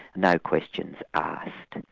no questions ah asked. and